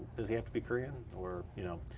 does he have to be korean or you know.